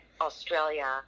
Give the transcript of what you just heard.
australia